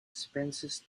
expenses